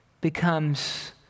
becomes